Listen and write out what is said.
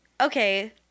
Okay